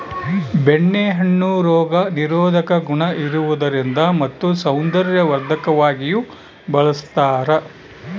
ಬೆಣ್ಣೆ ಹಣ್ಣು ರೋಗ ನಿರೋಧಕ ಗುಣ ಇರುವುದರಿಂದ ಮತ್ತು ಸೌಂದರ್ಯವರ್ಧಕವಾಗಿಯೂ ಬಳಸ್ತಾರ